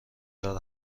دار